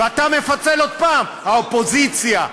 ואתה מפצל עוד פעם: האופוזיציה,